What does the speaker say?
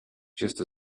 just